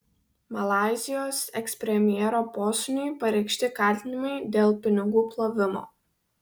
malaizijos ekspremjero posūniui pareikšti kaltinimai dėl pinigų plovimo